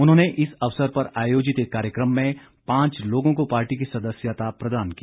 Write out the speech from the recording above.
उन्होंने इस अवसर पर आयोजित एक कार्यक्रम में पांच लोगों को पार्टी की सदस्यता प्रदान की